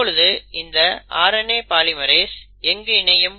இப்பொழுது இந்த RNA polymerase எங்கு இணையும்